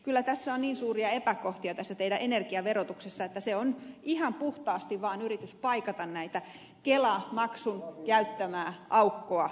kyllä tässä teidän energiaverotuksessanne on niin suuria epäkohtia että se on ihan puhtaasti vaan yritys paikata tätä kelamaksun jättämää aukkoa valtiontaloudessa